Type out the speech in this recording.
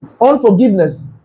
Unforgiveness